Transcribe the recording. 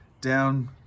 Down